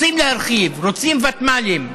רוצים להרחיב, רוצים ותמ"לים,